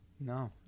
No